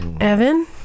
Evan